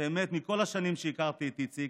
באמת מכל השנים שהכרתי את איציק.